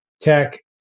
tech